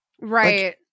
Right